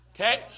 Okay